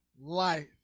life